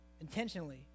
intentionally